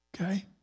okay